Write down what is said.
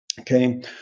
Okay